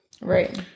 Right